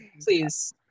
please